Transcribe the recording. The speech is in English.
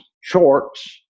shorts